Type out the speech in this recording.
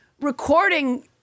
recording